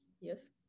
Yes